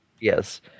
Yes